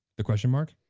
the question mark?